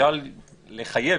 אפשר לחייב,